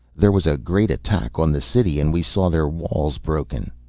there was a great attack on the city and we saw their walls broken,